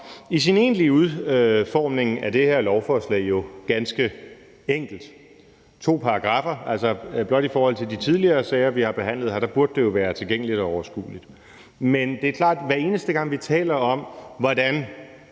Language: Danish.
I sin egentlige udformning er det her lovforslag jo ganske enkelt. Der er to paragraffer, så blot i forhold til de tidligere sager, vi har behandlet her, burde det jo være tilgængeligt og overskueligt. Men det er klart, at hver eneste gang vi taler om, hvilke